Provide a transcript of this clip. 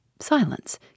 Silence